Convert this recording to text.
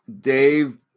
Dave